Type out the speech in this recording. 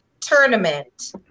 tournament